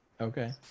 Okay